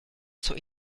zur